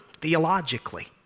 theologically